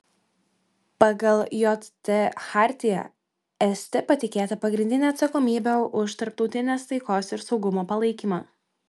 pagal jt chartiją st patikėta pagrindinė atsakomybė už tarptautinės taikos ir saugumo palaikymą